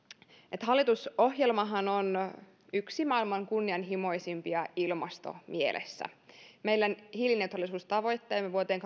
että hallitusohjelmahan on yksi maailman kunnianhimoisimpia ilmastomielessä hiilineutraalisuustavoitteemme vuoteen